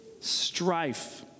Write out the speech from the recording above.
strife